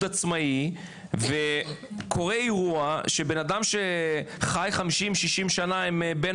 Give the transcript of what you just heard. עצמאי וקורה אירוע שבנאדם שחיי 50-60 שנה עם בן,